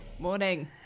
morning